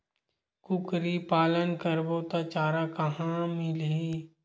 कुकरी पालन करबो त चारा कहां मिलही?